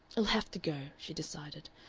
it'll have to go, she decided,